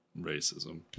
Racism